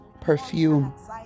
perfume